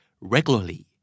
regularly